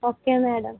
okay madam